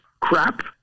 crap